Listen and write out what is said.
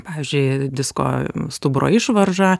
pavyzdžiui disko stuburo išvaržą